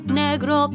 negro